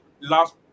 last